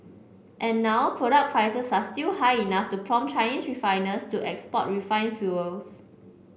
and now product prices are still high enough to prompt Chinese refiners to export refined fuels